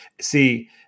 see